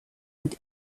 und